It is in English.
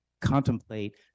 contemplate